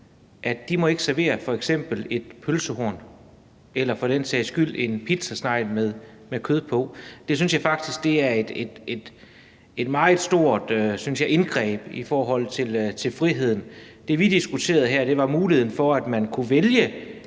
ikke må servere f.eks. et pølsehorn – eller for den sags skyld en pizzasnegl med kød på? Det synes jeg faktisk er et meget stort indgreb i friheden. Det, vi diskuterede her, var muligheden for, at man kunne vælge,